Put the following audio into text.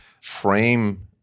frame